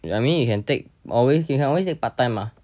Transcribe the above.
I mean you can take always you can take part time mah